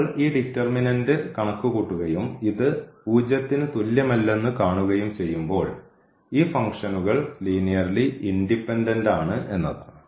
നമ്മൾ ഈ ഡിറ്റർമിനന്റ് കണക്കുകൂട്ടുകയും ഇത് 0 ന് തുല്യമല്ലെന്ന് കാണുകയും ചെയ്യുമ്പോൾ ഈ ഫംഗ്ഷനുകൾ ലീനിയർലി ഇൻഡിപെൻഡൻറ് ആണ് എന്നതാണ്